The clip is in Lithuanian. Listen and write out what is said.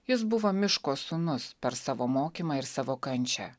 jis buvo miško sūnus per savo mokymą ir savo kančią